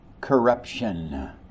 corruption